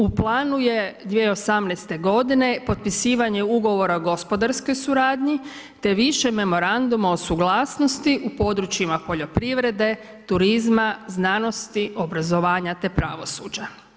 U planu je 2018. godine potpisivanje ugovora o gospodarskoj suradnji, te više memoranduma o suglasnosti u područjima poljoprivrede, turizma, znanosti, obrazovanja, te pravosuđa.